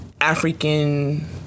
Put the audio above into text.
African